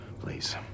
Please